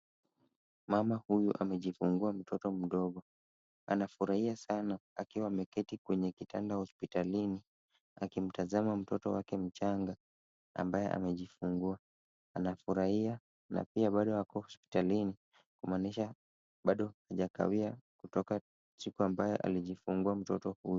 Mama huyu amejifungua mtoto mdogo. Anafurahia sana akiwa ameketi kwenye kitanda hospitalini, akimtazama mtoto wake mchanga ambaye amejifungua. Anafurahia na pia bado ako hospitalini, kumaaisha bado hajakawia kutoka siku ambayo alijifungua mtoto huyu.